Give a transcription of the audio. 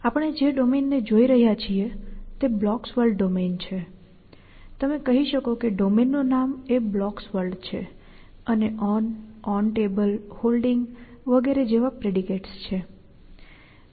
તેથી આપણે જે ડોમેનને જોઈ રહ્યા છીએ તે બ્લોક્સ વર્લ્ડ ડોમેન છે તેથી તમે કહી શકો કે ડોમેન નું નામ એ બ્લોક્સ વર્લ્ડ છે અને On OnTable Holding વગેરે જેવા પ્રેડિકેટ્સ છે